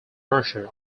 marshal